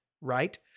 right